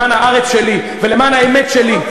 למען הארץ שלי ולמען האמת שלי,